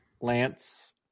Lance